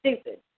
stupid